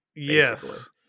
Yes